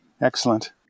Excellent